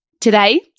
Today